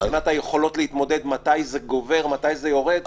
מתי זה גובר, מתי זה יורד.